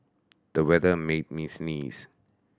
the weather made me sneeze